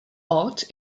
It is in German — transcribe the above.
ort